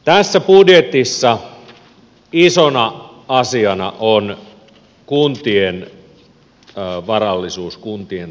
tässä budjetissa isona asiana on kuntien varallisuus kuntien talous